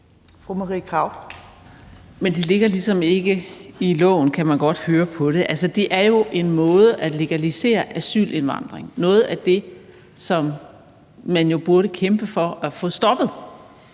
det kan man godt høre på det. Det er en måde at legalisere asylindvandring, og det er jo noget af det, man burde kæmpe for at få stoppet.